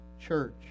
church